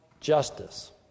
justice